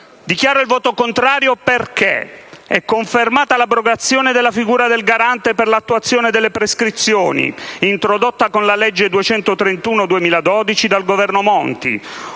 Dichiaro il voto contrario perché è confermata l'abrogazione della figura del Garante per l'attuazione delle prescrizioni, introdotta con la legge n. 231 del 2012 dal Governo Monti.